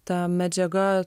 ta medžiaga